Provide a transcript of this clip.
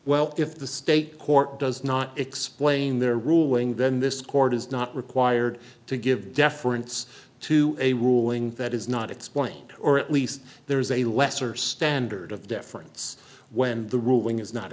well if the state court does not explain their ruling then this court is not required to give deference to a ruling that is not its point or at least there is a lesser standard of deference when the ruling is not